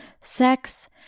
sex